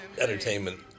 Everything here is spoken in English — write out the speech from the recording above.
entertainment